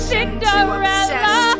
Cinderella